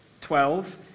Twelve